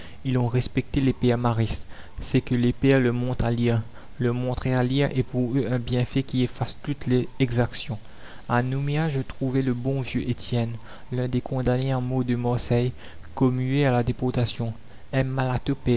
ils ont respecté les pères maristes c'est que les pères leur montrent à lire leur montrer à lire est pour eux un bienfait qui efface toutes les exactions a nouméa je trouvai le bon vieux etienne l'un des condamnés à mort de marseille commués à la déportation